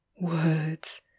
Words